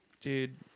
dude